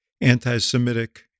anti-Semitic